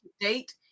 date